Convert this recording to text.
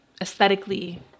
aesthetically